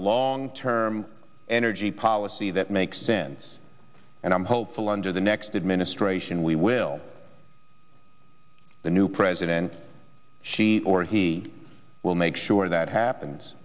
long term energy policy that makes sense and i'm hopeful under the next administration we will the new president she or he will make sure that happens